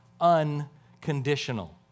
unconditional